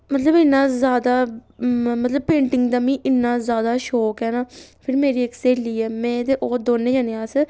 मतलब इन्ना जैदा मतलब पेंटिग दा मी इन्ना जादा शौक ऐ ना फिर मेरी इक स्हेली ऐ में ते ओह् दौनें जने अस